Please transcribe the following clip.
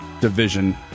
division